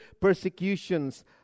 persecutions